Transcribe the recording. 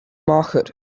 market